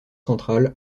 centrale